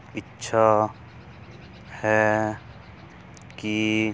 ਇੱਛਾ ਹੈ ਕਿ